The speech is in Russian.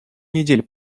недель